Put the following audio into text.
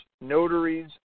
notaries